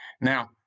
Now